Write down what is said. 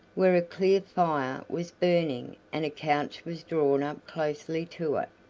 where a clear fire was burning and a couch was drawn up closely to it.